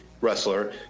wrestler